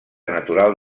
natural